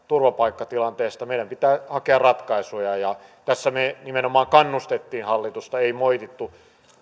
turvapaikkatilanteesta meidän pitää hakea ratkaisuja tässä me nimenomaan kannustimme hallitusta emme moittineet